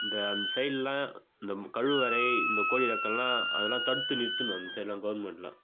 இந்த அந்த சைட்டெல்லாம் இந்த கழிவறை இந்த கோழி ரெக்கயெல்லாம் அதெல்லாம் தடுத்து நிறுத்தணும் அந்த சைட்டெல்லாம் கவர்மெண்ட்டெல்லாம்